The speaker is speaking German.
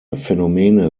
phänomene